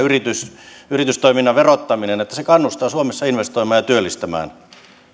yritystoiminnan verottaminen että se kannustaa suomessa investoimaan ja työllistämään